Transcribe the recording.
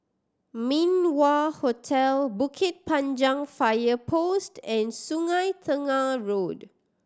Min Wah Hotel Bukit Panjang Fire Post and Sungei Tengah Road